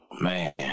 man